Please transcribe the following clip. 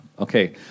Okay